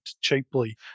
cheaply